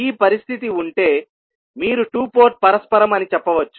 ఈ పరిస్థితి ఉంటే మీరు 2 పోర్టు పరస్పరం అని చెప్పవచ్చు